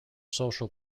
social